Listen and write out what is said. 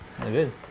good